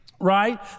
right